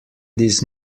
these